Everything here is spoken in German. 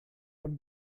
von